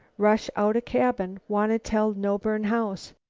rush outa cabin wanna tell no burn house.